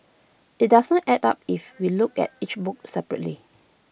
IT doesn't add up if we look at each book separately